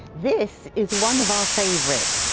this is one of our favourites.